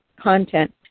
content